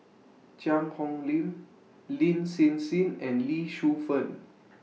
Cheang Hong Lim Lin Hsin Hsin and Lee Shu Fen